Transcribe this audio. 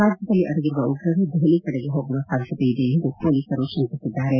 ರಾಜ್ಯದಲ್ಲಿ ಅಡಗಿರುವ ಉಗ್ರರು ದೆಹಲಿ ಕಡೆಗೆ ಹೋಗುವ ಸಾಧ್ಯತೆಯಿದೆ ಎಂದು ಪೊಲೀಸರು ಶಂಕಿಸಿದ್ದಾರೆ